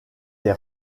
des